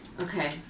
Okay